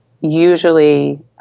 usually